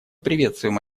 приветствуем